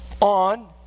On